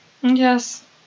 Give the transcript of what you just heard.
Yes